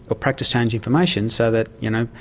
or practice change information, so that you know,